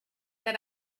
that